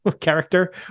character